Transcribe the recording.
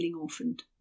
orphaned